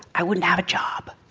i wouldn't have a job.